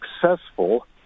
successful